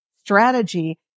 strategy